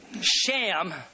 Sham